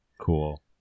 Cool